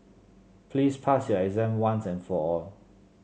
please pass your exam once and for all